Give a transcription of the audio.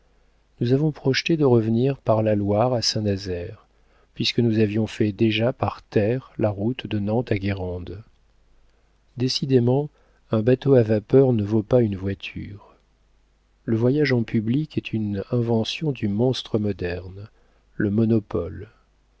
nous avons projeté de revenir par la loire à saint-nazaire puisque nous avions fait déjà par terre la route de nantes à guérande décidément un bateau à vapeur ne vaut pas une voiture le voyage en public est une invention de monstre moderne le monopole